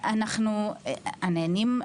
הנהנים,